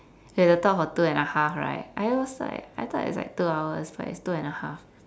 we have to talk for two and a half right I was like I thought it's like two hours but it's two and a half